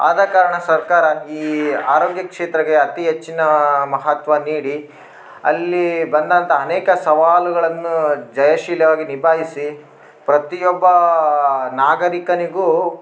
ಆದ ಕಾರಣ ಸರ್ಕಾರ ಈ ಆರೋಗ್ಯ ಕ್ಷೇತ್ರಕ್ಕೆ ಅತಿ ಹೆಚ್ಚಿನ ಮಹತ್ವ ನೀಡಿ ಅಲ್ಲಿ ಬಂದಂಥ ಅನೇಕ ಸವಾಲುಗಳನ್ನು ಜಯಶೀಲವಾಗಿ ನಿಭಾಯಿಸಿ ಪ್ರತಿಯೊಬ್ಬ ನಾಗರೀಕನಿಗೂ